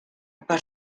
per